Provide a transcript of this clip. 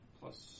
Plus